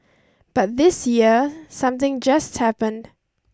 but this year something just happened